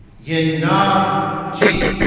yenah ji